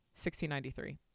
1693